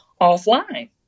offline